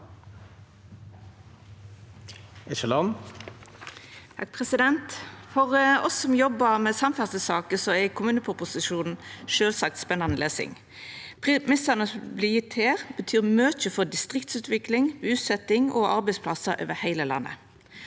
For oss som job- bar med samferdselssaker, er kommuneproposisjonen sjølvsagt spennande lesing. Premissane som vert gjevne her, betyr mykje for distriktsutvikling, busetjing og arbeidsplassar over heile landet.